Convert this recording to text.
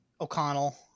O'Connell